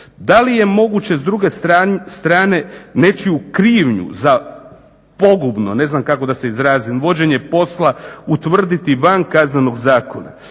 Da li je moguće s druge strane nečiju krivnju za pogubno, ne znam kako da se izrazim, vođenje posla utvrditi van Kaznenog zakona.